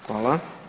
Hvala.